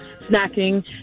snacking